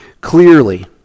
clearly